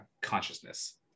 consciousness